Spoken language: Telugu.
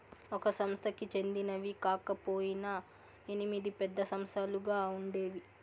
ఒక సంస్థకి చెందినవి కాకపొయినా ఎనిమిది పెద్ద సంస్థలుగా ఉండేవి